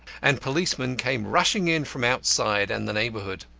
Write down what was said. and policemen came rushing in from outside and the neighbourhood.